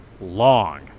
long